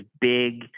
big